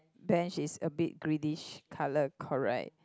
bench is a bit greenish colour correct